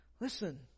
Listen